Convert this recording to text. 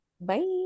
Bye